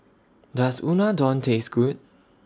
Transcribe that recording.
Does Unadon Taste Good